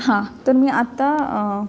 हां तर मी आता